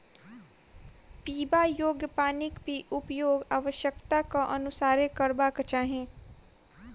पीबा योग्य पानिक उपयोग आवश्यकताक अनुसारेँ करबाक चाही